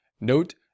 note